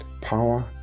power